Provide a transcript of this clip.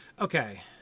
Okay